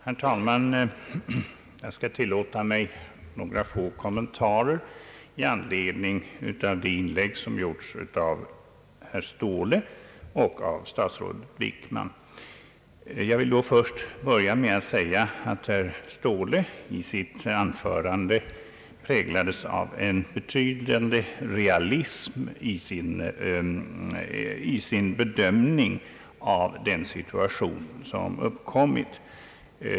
Herr talman! Jag skall tillåta mig några få kommentarer i anledning av de inlägg som har gjorts av herr Ståhle och av statsrådet Wickman. Jag vill då först börja med att säga att herr Ståhle i sitt anförande präglades av en betydande realism i sin bedömning av den situation som har uppkommit.